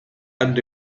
and